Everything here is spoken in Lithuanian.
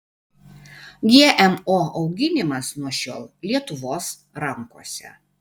gmo auginimas nuo šiol lietuvos rankose